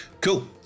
cool